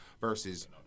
versus